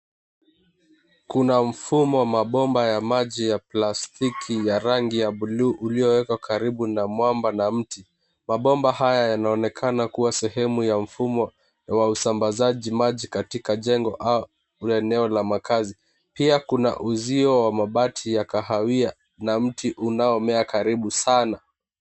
Kuna mfumo wa mabomba ya maji ya plastiki ya buluu, uliowekwa karibu na mwamba na mti. Mabomba haya yanaonekana kuwa sehemu ya mfumo wa usambazaji maji katika jengo au eneo la kazi. Pia kuna uzio ya mabati ya kahawia na mti unaomea karibu sana.